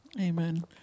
amen